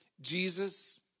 Jesus